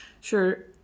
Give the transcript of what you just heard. Sure